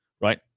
right